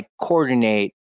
coordinate